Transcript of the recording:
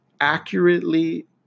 accurately